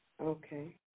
okay